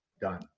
done